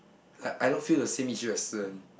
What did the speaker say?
like I don't feel the same issue as learn